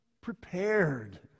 prepared